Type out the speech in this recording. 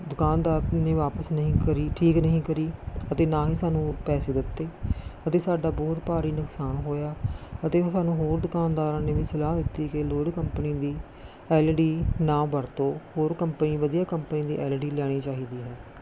ਦੁਕਾਨਦਾਰ ਨੇ ਵਾਪਿਸ ਨਹੀਂ ਕਰੀ ਠੀਕ ਨਹੀਂ ਕਰੀ ਅਤੇ ਨਾ ਹੀ ਸਾਨੂੰ ਪੈਸੇ ਦਿੱਤੇ ਅਤੇ ਸਾਡਾ ਬਹੁਤ ਭਾਰੀ ਨੁਕਸਾਨ ਹੋਇਆ ਅਤੇ ਸਾਨੂੰ ਹੋਰ ਦੁਕਾਨਦਾਰਾਂ ਨੇ ਵੀ ਸਲਾਹ ਦਿੱਤੀ ਕਿ ਲੋਇਡ ਕੰਪਨੀ ਦੀ ਐਲ ਈ ਡੀ ਨਾ ਵਰਤੋਂ ਹੋਰ ਕੰਪਨੀ ਵਧੀਆ ਕੰਪਨੀ ਦੀ ਐਲ ਈ ਡੀ ਲੈਣੀ ਚਾਹੀਦੀ ਹੈ